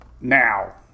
now